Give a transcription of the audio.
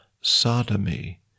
sodomy